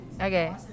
Okay